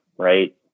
Right